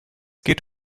geht